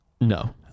no